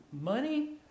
money